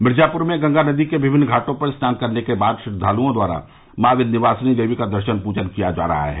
मिर्जापुर में गंगा नदी के विमिन्न घाटों पर स्नान करने के बाद श्रद्वालुओं द्वारा मॉ विन्ध्यवासिनी देवी का दर्शन पूजन किया जा रहा है